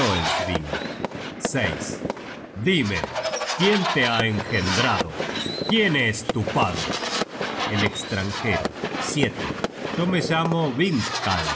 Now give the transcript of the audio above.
dime quién te ha engendrado quién es tu padre el estranjero yo me llamo